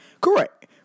Correct